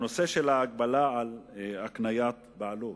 הנושא של ההגבלה על הקניית בעלות.